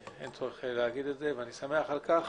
צורך לומר את זה ואני שמח על כך.